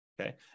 Okay